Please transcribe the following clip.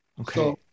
Okay